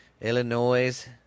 Illinois